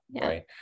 right